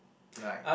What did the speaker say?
like